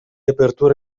apertura